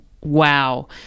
wow